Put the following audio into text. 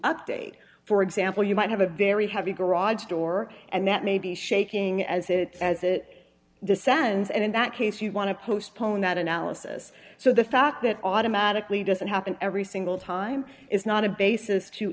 update for example you might have a very heavy garage door and that may be shaking as it as it descends and in that case you want to postpone that analysis so the fact that automatically doesn't happen every single time is not a basis